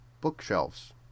bookshelves